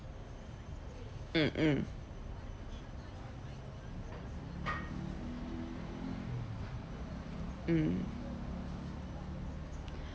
mm mm mm